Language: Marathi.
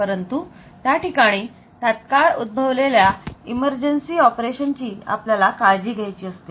परंतु त्या ठिकाणी तात्काळ उद्भवलेल्या इमर्जन्सी ऑपरेशन ची आपल्याला काळजी घ्यायची असते